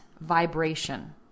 vibration